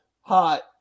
hot